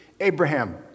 Abraham